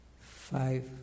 five